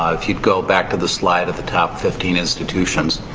ah if you go back to the slide at the top fifteen institutions,